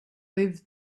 live